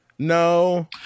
No